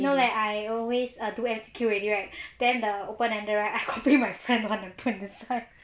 no leh I always I do S_Q already right then the open ended I copy my friend [one] to do inside